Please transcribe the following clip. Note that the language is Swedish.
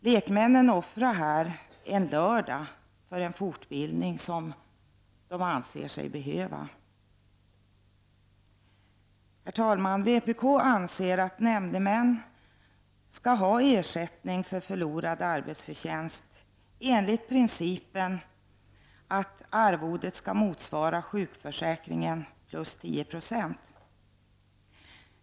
Lekmännen offrar här en lördag för en fortbildning som man anser sig behöva. Herr talman! Vpk anser att nämndemän skall ha ersättning för förlorad arbetsförtjänst enligt principen att arvodet skall motsvara sjukförsäkringsersättningen plus 10 96.